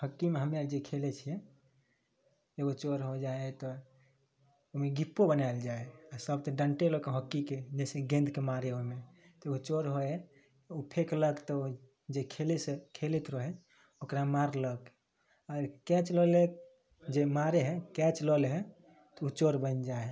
hockey मे हमे जे खेलै छियै एगो चोर हो जा हइ तऽ ओमे डिप्पो बनाएल जाए हय आ सब तऽ डंटे लऽ कऽ हॉकी के गेन्द के मारे ओमे एगो चोर होय तऽ ओ फेकलक तऽ ओइ जे खेलै से खेलैत रहऽ हय ओकरा मारलक आओर कैच ले लेलक जे मारे हय कैच लऽ लै हय तऽ ऊ चोर बन जा हय